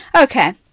Okay